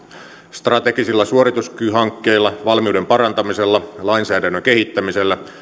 strategisilla suorituskykyhankkeilla valmiuden parantamisella lainsäädännön kehittämisellä